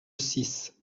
six